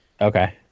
Okay